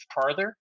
farther